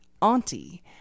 auntie